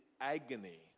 agony